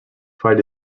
fight